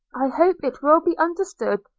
i hope it will be understood,